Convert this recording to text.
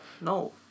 no